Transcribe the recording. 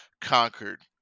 conquered